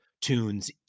tunes